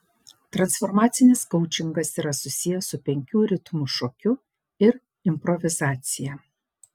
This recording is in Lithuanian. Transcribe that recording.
transformacinis koučingas yra susijęs su penkių ritmų šokiu ir improvizacija